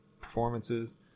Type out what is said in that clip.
performances